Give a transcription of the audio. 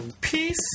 peace